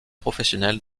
professionnel